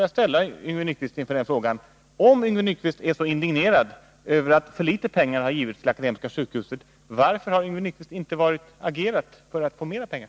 Jag vill upprepa min fråga till Yngve Nyquist: Om Yngve Nyquist är så indignerad över att för litet pengar har givits till Akademiska sjukhuset, varför har Yngve Nyquist då inte agerat för att få fram mer pengar?